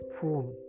phone